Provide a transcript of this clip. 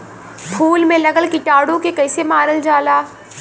फूल में लगल कीटाणु के कैसे मारल जाला?